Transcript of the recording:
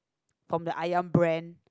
from the ayam brand